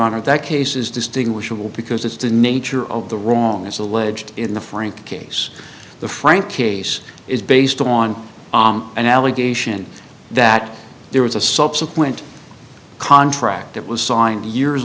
honor that case is distinguishable because it's the nature of the wrongness alleged in the frank case the frank case is based on an allegation that there was a subsequent contract that was signed years